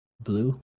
Blue